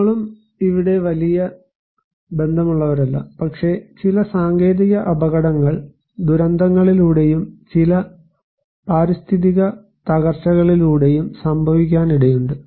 നമ്മളും ഇവിടെ വലിയ ബന്ധമുള്ളവരല്ല പക്ഷേ ചില സാങ്കേതിക അപകടങ്ങൾ ദുരന്തങ്ങളിലൂടെയും ചില പാരിസ്ഥിതിക തകർച്ചകളിലൂടെയും സംഭവിക്കാനിടയുണ്ട്